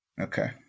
Okay